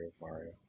Mario